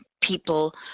people